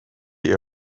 ihr